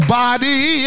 body